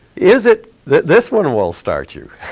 is it, this one will start you.